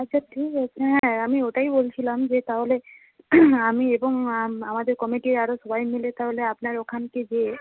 আচ্ছা ঠিক আছে হ্যাঁ আমি ওটাই বলছিলাম যে তাহলে আমি এবং আমাদের কমিটির আরো সবাই মিলে তাহলে আপনার ওখানকে গিয়ে